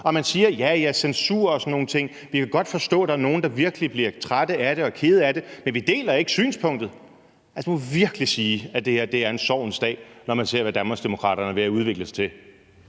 Ja ja, i forhold til censur og sådan nogle ting kan vi godt forstå, at der er nogle, der virkelig bliver trætte af det og kede af det, men vi deler ikke synspunktet. Altså, jeg må virkelig sige, at det her er en sorgens dag, når man ser, hvad Danmarksdemokraterne er ved at udvikle sig til.